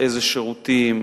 אילו שירותים?